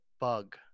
bug